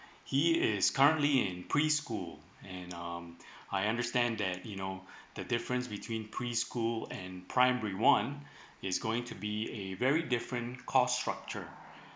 he it is currently in preschool and um I understand that you know the difference between preschool and primary one is going to be a very different cost structure